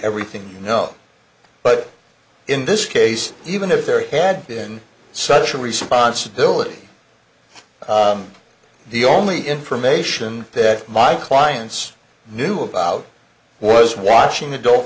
everything you know but in this case even if there had been such a responsibility the only information that my clients knew about was watching adult